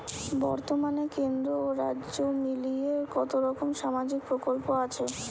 বতর্মানে কেন্দ্র ও রাজ্য মিলিয়ে কতরকম সামাজিক প্রকল্প আছে?